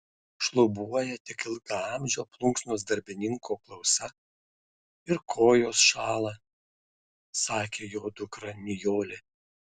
šlubuoja tik ilgaamžio plunksnos darbininko klausa ir kojos šąla sakė jo dukra nijolė